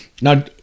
now